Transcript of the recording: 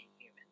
human